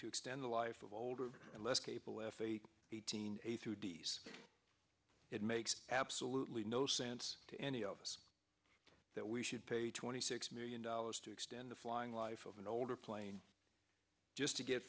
to extend the life of older and less capable f a eighteen a through d s it makes absolutely no sense to any of us that we should pay twenty six million dollars to extend the flying life of an older plane just to get